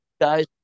guys